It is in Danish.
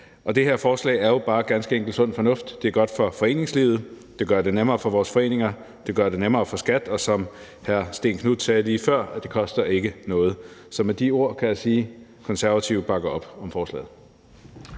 Det her forslag er jo bare ganske enkelt sund fornuft. Det er godt for foreningslivet. Det gør det nemmere for vores foreninger, det gør det nemmere for skattevæsenet, og som hr. Stén Knuth sagde lige før, koster det ikke noget. Så med de ord kan jeg sige, at Konservative bakker op om forslaget.